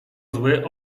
zły